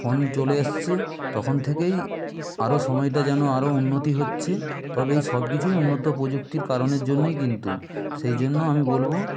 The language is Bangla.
ফোন চলে এসেছে তখন থেকেই আরও সময়টা যেন আরও উন্নতি হচ্ছে তবে এই সবকিছুই উন্নত প্রযুক্তির কারণের জন্যই কিন্তু সেই জন্য আমি বলব